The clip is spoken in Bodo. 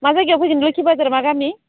मा जायगायाव फैगोन लोक्षी बाजार मा गामि